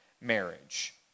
marriage